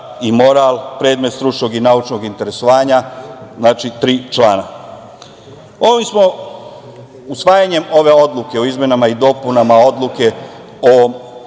i moral predmet stručnog i naučnog interesovanja, znači tri člana. Usvajanjem ove odluke o izmenama i dopunama Odluke o